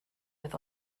with